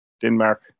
Denmark